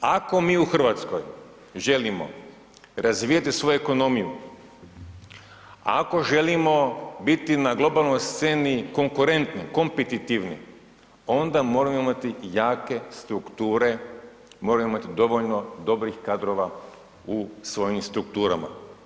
Ako mi u Hrvatskoj želimo razvijati svoju ekonomiju, ako želimo biti na globalnoj sceni konkurentni, kompetitivni onda moramo imati jake strukture, moramo imati dovoljno dobrih kadrova u svojim strukturama.